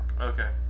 Okay